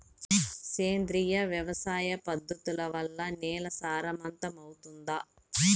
సేంద్రియ వ్యవసాయ పద్ధతుల వల్ల, నేల సారవంతమౌతుందా?